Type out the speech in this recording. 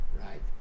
right